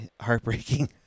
heartbreaking